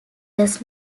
does